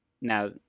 now